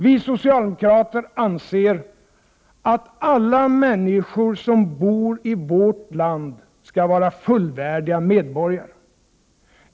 Vi socialdemokrater anser att alla människor som bor i vårt land skall vara fullvärdiga medborgare.